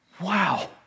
wow